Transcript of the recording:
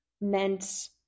meant